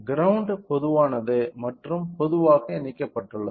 ground பொதுவானது மற்றும் பொதுவாக இணைக்கப்பட்டுள்ளது